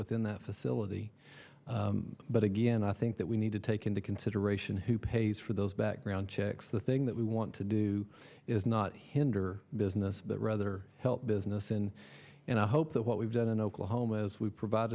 within that facility but again i think that we need to take into consideration who pays for those background checks the thing that we want to do is not hinder business but rather help business in and i hope that what we've done in oklahoma as we provide